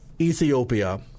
Ethiopia